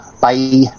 Bye